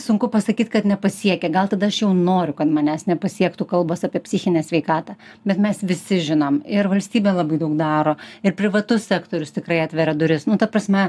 sunku pasakyt kad nepasiekia gal tada aš jau noriu kad manęs nepasiektų kalbos apie psichinę sveikatą bet mes visi žinom ir valstybė labai daug daro ir privatus sektorius tikrai atveria duris nu ta prasme